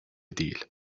değil